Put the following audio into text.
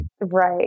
Right